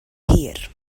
hir